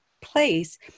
place